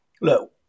look